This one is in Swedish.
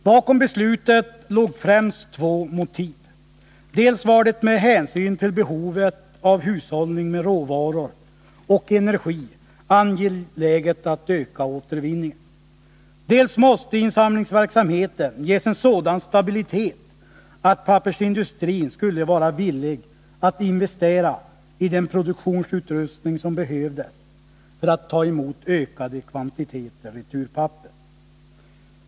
Bakom beslutet låg främst två faktorer: dels var det med hänsyn till behovet av hushållning med råvaror och energi angeläget att öka återvinningen, dels måste insamlingsverksamheten ges en sådan stabilitet att pappersindustrin skulle vara villig att investera i den produktionsutrustning som behövdes för att ta emot ökade kvantiteter returpapper.